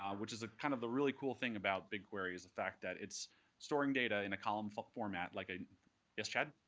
um which is kind of the really cool thing about bigquery is the fact that it's storing data in a column format like a yes, chad?